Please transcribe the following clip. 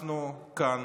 אנחנו כאן